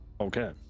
Okay